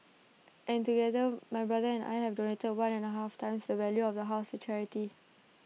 and together my brother and I have donated one and A half times the value of the house to charity